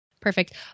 Perfect